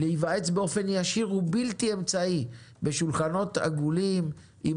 להיוועץ באופן ישיר ובלתי אמצעי בשולחנות עגולים עם